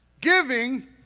giving